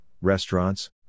restaurants